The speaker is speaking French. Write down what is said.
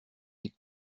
des